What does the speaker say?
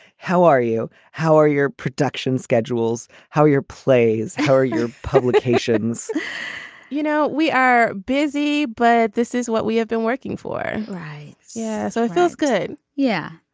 how are you. how are your production schedules. how are your plays. how are your publications you know we are busy but this is what we have been working for right. yeah. so it feels good. yeah.